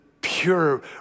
pure